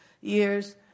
years